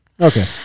Okay